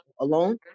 alone